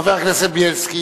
חבר הכנסת בילסקי,